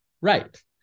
right